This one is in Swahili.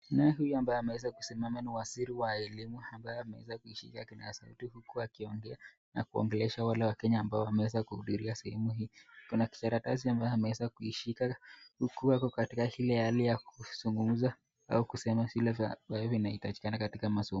Naye huyu ambaye ameweza kusimama ni waziri wa elimu ambae ameweza kuishika kipasa sauti akiongea na kuongelesha wale wakenya ambao wameweza kuhudhuria sehemu hii. Kuna karatasi ambaye ameweza kuishika huku ako katika ile hali ya kusungumuza au kusema zile vya inayohitajika katika masomo.